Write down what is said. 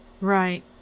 Right